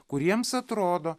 kuriems atrodo